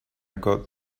got